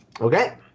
Okay